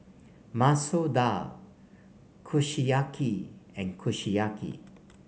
Masoor Dal Kushiyaki and Kushiyaki